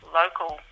local